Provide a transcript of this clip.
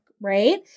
right